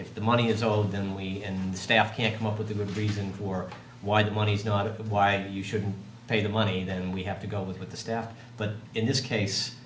if the money is old then we and the staff can't come up with a good reason for why the money's not why you shouldn't pay the money then we have to go with the staff but in this case